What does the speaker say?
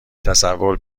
تصور